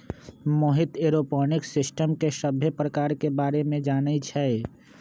Mohit aeroponics system के सभ्भे परकार के बारे मे जानई छई